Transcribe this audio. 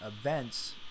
events